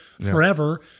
forever